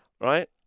right